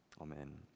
amen